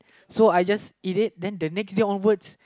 so I just eat it then the next day onwards